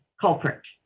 culprit